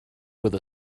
with